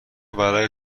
برای